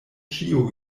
ĉio